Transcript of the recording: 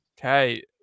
Okay